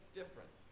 different